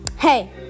Hey